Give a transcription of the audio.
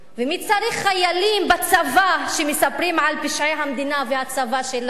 ומי צריך חיילים בצבא שמספרים על פשעי המדינה והצבא שלה?